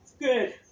good